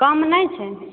कम नहि छै